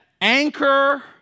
anchor